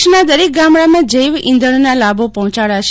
દેશના દરેક ગામડામાં જૈવ ઇંધણના લાભો પહોંચાડાશે